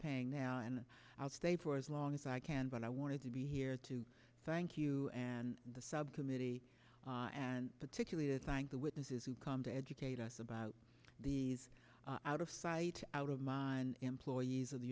paying now and i would stay for as long as i can but i wanted to be here to thank you and the subcommittee and particularly to thank the witnesses who come to educate us about these out of sight out of mind employees of the